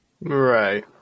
Right